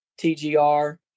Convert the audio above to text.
TGR